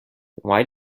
why